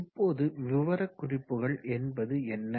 இப்போது விவரக்குறிப்புகள் என்பது என்ன